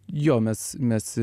jo mes mes